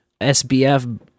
SBF